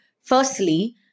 firstly